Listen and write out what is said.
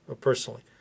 personally